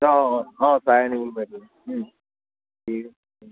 অ অ অ চাই আনিব পাৰি ও ঠিক